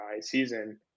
season